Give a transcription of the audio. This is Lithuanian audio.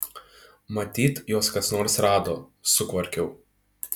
matyt juos kas nors rado sukvarkiau